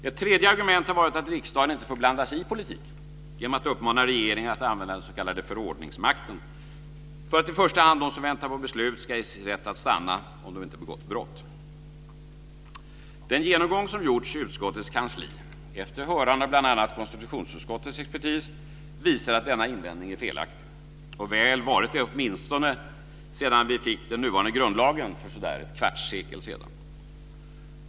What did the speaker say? Ett tredje argument har varit att riksdagen inte får blanda sig i politiken genom att uppmana regeringen att använda den s.k. förordningsmakten för att i första hand de som väntar på beslut ska ges rätt att stanna om de inte begått brott. Den genomgång som gjorts av utskottets kansli, efter hörande av bl.a. konstitutionsutskottets expertis visar att denna invändning är felaktig och väl varit det åtminstone sedan vi fick den nuvarande grundlagen för ett kvartssekel sedan.